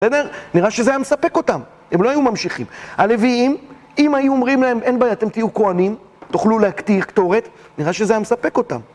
בסדר? נראה שזה היה מספק אותם. הם לא היו ממשיכים. הלוויים, אם היו אומרים להם אין בעיה, אתם תהיו כהנים, תוכלו להכתיר כתורת, נראה שזה היה מספק אותם.